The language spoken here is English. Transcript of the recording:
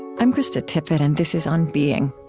i'm krista tippett, and this is on being.